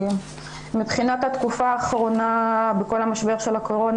מבחינת התקופה האחרונה בכל המשבר של הקורונה